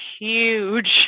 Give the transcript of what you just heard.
huge